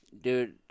Dude